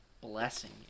blessing